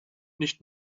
nicht